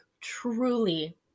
truly